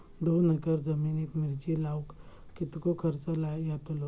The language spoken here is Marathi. दोन एकर जमिनीत मिरचे लाऊक कितको खर्च यातलो?